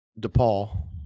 DePaul